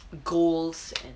goals and